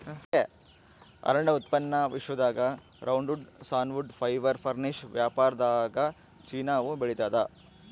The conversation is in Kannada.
ಅರಣ್ಯ ಉತ್ಪನ್ನ ವಿಶ್ವದಾಗ ರೌಂಡ್ವುಡ್ ಸಾನ್ವುಡ್ ಫೈಬರ್ ಫರ್ನಿಶ್ ವ್ಯಾಪಾರದಾಗಚೀನಾವು ಬೆಳಿತಾದ